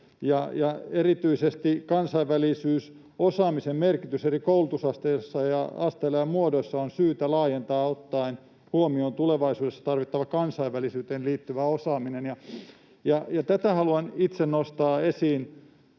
erityisesti kansainvälisyysosaamisen merkitystä eri koulutusasteilla ja ‑muodoissa on syytä laajentaa ottaen huomioon tulevaisuudessa tarvittava kansainvälisyyteen liittyvä osaaminen, ja tätä haluan itse nostaa esiin.